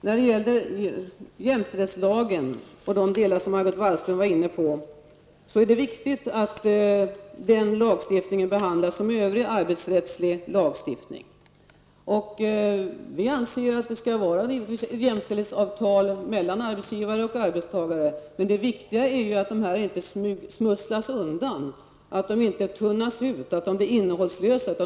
När det gäller jämställdhetslagen och de delar som Margot Wallström tog upp, är det viktigt att den lagstiftningen behandlas som övrig arbetsrättslig lagstiftning. Vi anser givetvis att det skall vara jämställdhetsavtal mellan arbetsgivare och arbetstagare. Men det är viktigt att de inte smusslas undan, att de inte tunnas ut och blir innehållslösa.